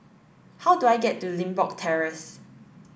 how do I get to Limbok Terrace